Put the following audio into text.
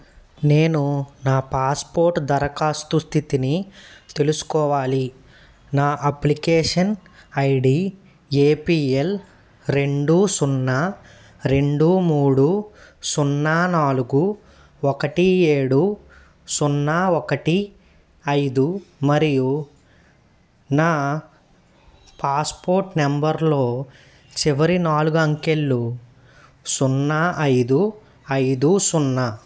నేను నా పాస్పోర్ట్ దరఖాస్తు స్థితిని తెలుసుకోవాలి నా అప్లికేషన్ ఐడి ఏపిఎల్ రెండు సున్నా రెండు మూడు సున్నా నాలుగు ఒకటి ఏడు సున్నా ఒకటి ఐదు మరియు నా పాస్పోర్ట్ నంబర్లో చివరి నాలుగు అంకెలు సున్నా ఐదు ఐదు సున్నా